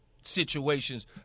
situations